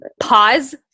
pause